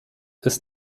ist